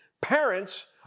Parents